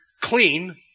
clean